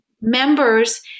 members